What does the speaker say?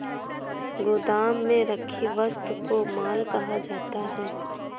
गोदाम में रखी वस्तु को माल कहा जाता है